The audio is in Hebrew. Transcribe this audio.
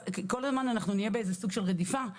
כל הזמן נהיה בסוג של רדיפה.